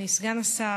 אדוני סגן השר,